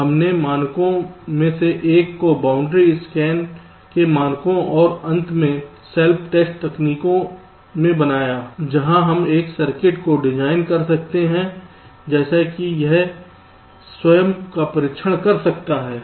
हमने मानकों में से एक को बाउंड्री स्कैन के मानकों और अंत में सेल्फ टेस्ट तकनीक में बनाया है जहां हम एक सर्किट को डिजाइन कर सकते हैं जैसे कि यह स्वयं का परीक्षण कर सकता है